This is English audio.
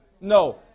No